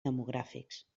demogràfics